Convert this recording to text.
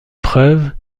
preuves